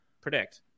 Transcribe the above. predict